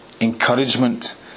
encouragement